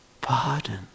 pardon